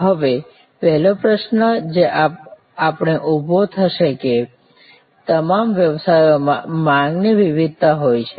હવે પહેલો પ્રશ્ન જે આપણે ઉભો થશે કે તમામ વ્યવસાયોમાં માંગની વિવિધતા હોય છે